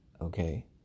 Okay